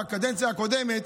בקדנציה הקודמת,